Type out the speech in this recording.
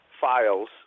files